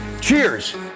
Cheers